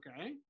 Okay